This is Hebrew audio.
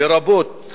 לרבות